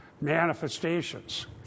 manifestations